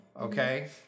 Okay